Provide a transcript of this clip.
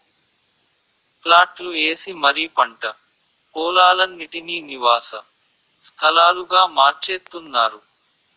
ప్లాట్లు ఏసి మరీ పంట పోలాలన్నిటీనీ నివాస స్థలాలుగా మార్చేత్తున్నారు